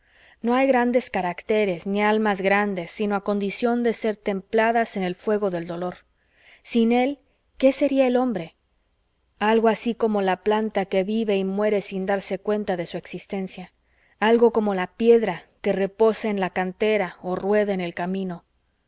no hay grandes caracteres ni almas grandes sino a condición de ser templadas en el fuego del dolor sin él qué seria el hombre algo así como la planta que vive y muere sin darse cuenta de su existencia algo como la piedra que reposa en la cantera o rueda en el camino